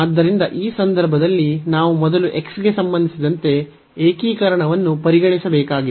ಆದ್ದರಿಂದ ಈ ಸಂದರ್ಭದಲ್ಲಿ ನಾವು ಮೊದಲು x ಗೆ ಸಂಬಂಧಿಸಿದಂತೆ ಏಕೀಕರಣವನ್ನು ಪರಿಗಣಿಸಬೇಕಾಗಿದೆ